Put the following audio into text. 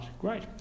great